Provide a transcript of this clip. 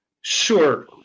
Sure